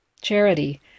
Charity